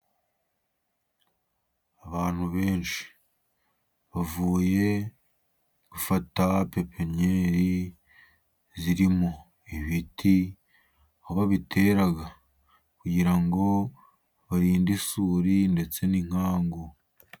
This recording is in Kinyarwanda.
Abantu benshi bavuye gufata pepeniyeri, zirimo ibiti aho babitera kugira ngo barinde isuri ndetse n'inkangu.